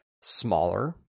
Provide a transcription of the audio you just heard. smaller